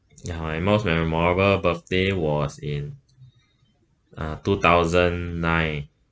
ya my most memorable birthday was in uh two thousand nine